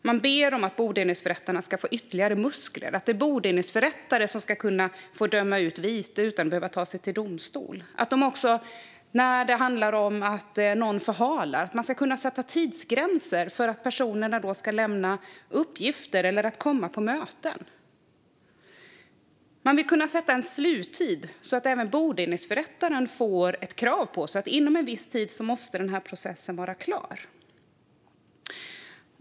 Man ber om att bodelningsförrättarna ska få ytterligare muskler, kunna utdöma vite utan att behöva ta sig till domstol och när någon förhalar kunna sätta tidsgränser för när personerna ska lämna uppgifter eller komma på möten. Man vill kunna sätta en sluttid så att även bodelningsförrättaren får ett krav på sig: Inom en viss tid måste processen vara klar.